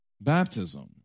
baptism